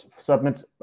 submit